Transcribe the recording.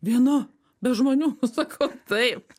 viena be žmonių sakau taip